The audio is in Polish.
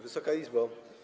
Wysoka Izbo!